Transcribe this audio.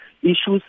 Issues